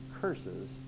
curses